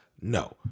no